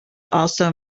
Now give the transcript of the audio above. also